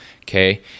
okay